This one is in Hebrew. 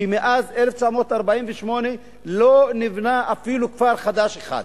שמאז 1948 לא נבנה אפילו כפר חדש אחד,